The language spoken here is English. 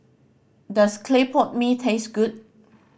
does clay pot mee taste good